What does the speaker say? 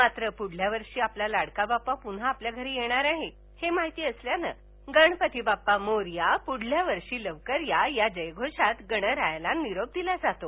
मात्र पुढल्यावर्षी आपला लाडका बाप्पा पुन्हा आपल्या घरी येणार आहे हे माहिती असल्यानं गणपती बाप्पा मोरया पुढल्या वर्षी लवकर या अश्या जयघोषात गणरायाला निरोप दिला जातो